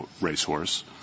Racehorse